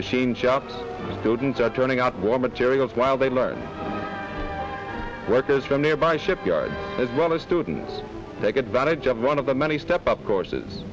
machine shop students are turning out war materials while they learn workers from nearby shipyards as well as students take advantage of one of the many step up courses